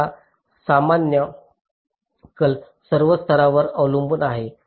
तर हा सामान्य कल सर्व स्तरांवर अवलंबून आहे